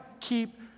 keep